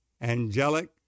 angelic